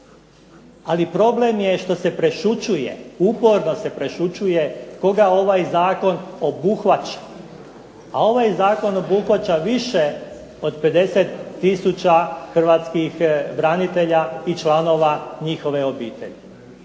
Ali problem je što se prešućuje, uporno se prešućuje koga ovaj Zakon obuhvaća. A ovaj Zakon obuhvaća više od 50 tisuća Hrvatskih branitelja, i članova njihove obitelji.